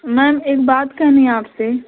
ma'am एक बात कहनी है आपसे